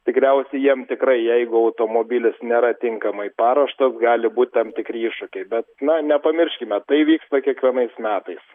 tikriausiai jiem tikrai jeigu automobilis nėra tinkamai paruoštas gali būt tam tikri iššūkiai bet na nepamirškime tai vyksta kiekvienais metais